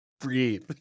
breathe